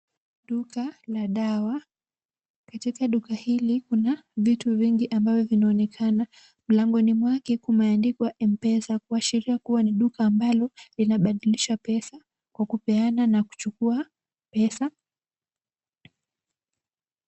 Duka la dawa. Katika duka hili kuna vitu vingi ambavyo vinaonekana. Mlangoni mwake kumeandikwa M-Pesa, kuashiria kuwa ni duka ambalo linabadilisha pesa kwa kupeana na kuchukua pesa.